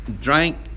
drank